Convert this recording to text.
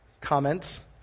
comments